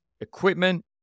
equipment